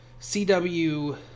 CW